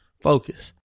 focus